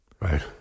Right